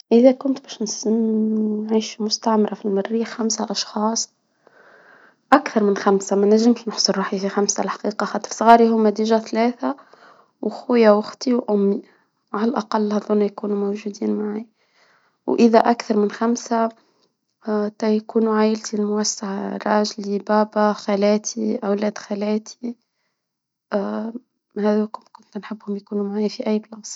إذا كنت باش نعيش مستعمرة في المريخ خمسة اشخاص، اكثر من خمسة ما نجمش راح يجي خمسة الحقيقة حتى صغار هوما ثلاثة، وخويا وختي وامي، على الأقل هاذونا يكونوا موجودين معي، وإذا اكثر من خمسة يكونوا عيل في الموس راجلي بابا خالاتي اولاد خالاتي كنحبهم يكونوا معايا في أي بلاصة.